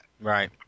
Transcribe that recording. Right